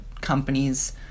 companies